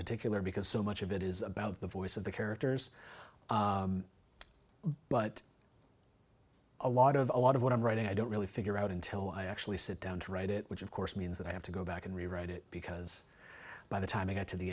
particular because so much of it is about the voice of the characters but a lot of a lot of what i'm writing i don't really figure out until i actually sit down to write it which of course means that i have to go back and rewrite it because by the time i get to the